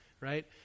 right